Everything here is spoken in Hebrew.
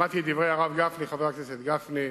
שמעתי את דברי הרב חבר הכנסת גפני,